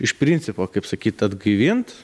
iš principo kaip sakyt atgaivint